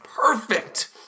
perfect